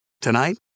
Tonight